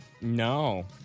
No